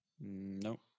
No